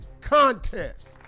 Contest